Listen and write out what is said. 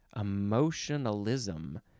Emotionalism